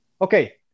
Okay